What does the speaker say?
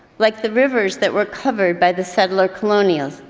like the rivers that were covered by the settler colonial,